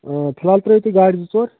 آ فِلحال ترٛٲوِو تُہۍ گاڑِ زٕ ژور